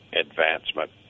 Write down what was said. advancement